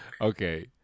Okay